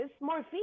morphine